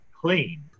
clean